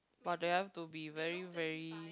but they have to be very very